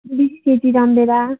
बिस केजी रामभेँडा